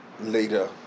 later